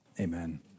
Amen